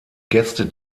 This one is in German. gäste